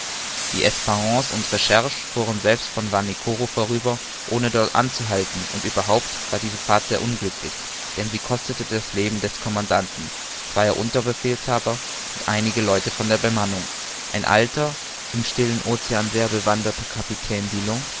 die esprance und recherche fuhren selbst vor vanikoro vorüber ohne dort anzuhalten und überhaupt war diese fahrt sehr unglücklich denn sie kostete das leben des commandanten zweier unterbefehlshaber und einiger leute von der bemannung ein alter im stillen ocean sehr bewanderter kapitän